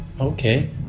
Okay